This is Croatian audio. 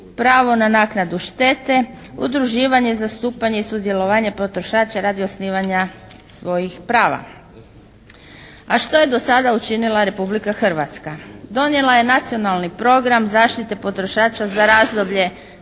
pravo na naknadu štete, udruživanje, zastupanje i sudjelovanje potrošača radi osnivanja svojih prava. A što je do sada učinila Republika Hrvatska? Donijela je Nacionalni program zaštite potrošača za razdoblje